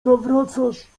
zawracasz